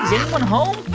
anyone home?